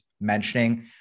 mentioning